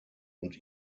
und